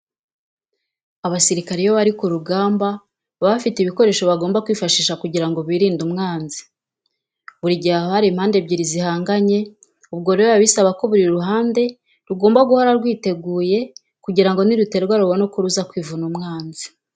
Abasirikare iyo bari ku rugamba baba bafite ibikoresho bagomba kwifashisha kugira ngo birinde umwanzi. Buri gihe haba hari impande ebyiri zihanganye, ubwo rero biba bisaba ko buri ruhande rugomba guhora rwiteguye kugira ngo niruterwa rubone uko ruza kwivuna umwanzi.